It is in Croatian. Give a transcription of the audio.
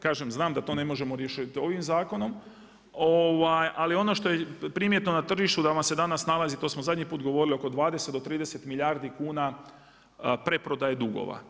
Kažem, znam da to ne možemo riješiti ovim zakonom, ali ono što je primjetno na tržištu da vam se danas nalazi, to smo zadnji put govorili, oko 20 do 30 milijardi kuna preprodaje dugova.